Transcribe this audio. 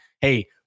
Hey